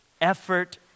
effort